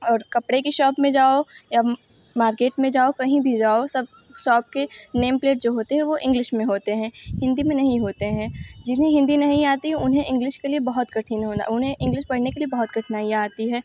और कपड़े की शॉप में जाओ या मार्केट में जाओ कहीं भी जाओ सब शॉप के नेम प्लेट जो होते हैं वो इंग्लिश में होते हैं हिन्दी में नहीं होते हैं जिन्हें हिन्दी नहीं आती उन्हें इग्लिश के लिए बहुत कठिन होना उन्हें इंग्लिश पढ़ने के लिए बहुत कठिनाइयां आती हैं